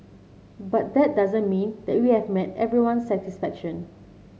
but that doesn't mean that we have met everyone's satisfaction